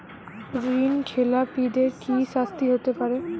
ঋণ খেলাপিদের কি শাস্তি হতে পারে?